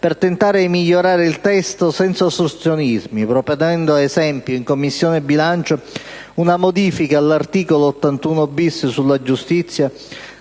per tentare di migliorare il testo, senza ostruzionismi, proponendo ad esempio in Commissione bilancio una modifica all'articolo 81-*bis* del codice